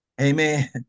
Amen